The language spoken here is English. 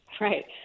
Right